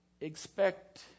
expect